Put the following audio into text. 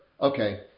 Okay